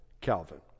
Calvin